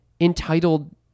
entitled